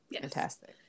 fantastic